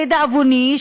לדאבוני,